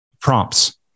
prompts